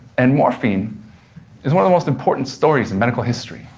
and morphine is one of the most important stories in medical history.